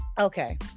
Okay